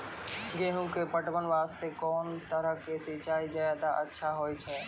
गेहूँ के पटवन वास्ते कोंन तरह के सिंचाई ज्यादा अच्छा होय छै?